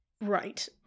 right